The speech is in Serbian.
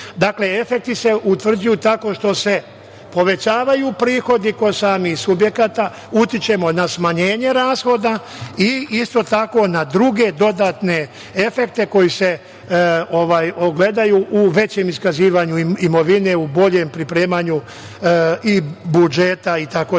efekti se utvrđuju tako što se povećavaju prihodi kod samih subjekata, utičemo na smanjenje rashoda i isto tako na druge dodatne efekte koji se ogledaju u većem iskazivanju imovine u boljem pripremanju i budžeta,